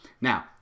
Now